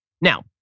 Now